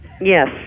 yes